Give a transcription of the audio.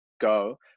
go